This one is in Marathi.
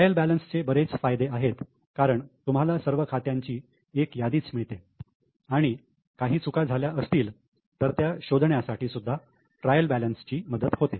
ट्रायल बॅलन्सचे बरेच फायदे आहेत कारण तुम्हाला सर्व खात्यांची एक यादी मिळते आणि काही चुका झाल्या असतील तर त्या शोधण्यासाठी सुद्धा ट्रायल बॅलन्स ची मदत होते